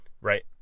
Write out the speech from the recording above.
Right